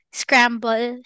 scramble